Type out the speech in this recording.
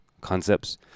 concepts